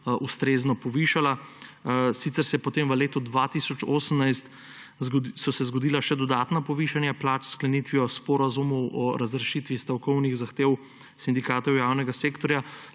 ustrezno povišala. Sicer so se potem v letu 2018 zgodila še dodatna povišanja plač s sklenitvijo sporazumov o razrešitvi stavkovnih zahtev sindikatov javnega sektorja.